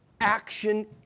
action